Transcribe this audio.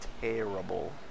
terrible